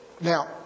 Now